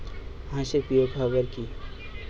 হাঁস এর প্রিয় খাবার কি?